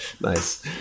Nice